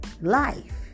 Life